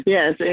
Yes